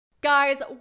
Guys